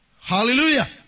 Hallelujah